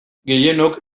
gehienok